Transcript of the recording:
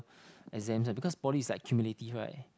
exams right because poly is like cumulative right